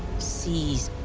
seas,